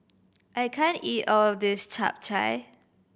I can't eat all of this Chap Chai